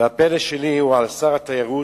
והפלא שלי הוא על שר התיירות.